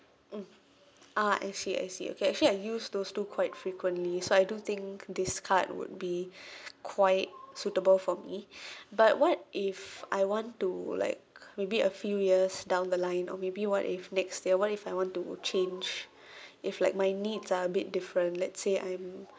mm ah I see I see okay actually I use those two quite frequently so I do think this card would be quite suitable for me but what if I want to like maybe a few years down the line or maybe what if next year what if I want to change if like my needs are a bit different let's say I'm